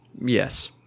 Yes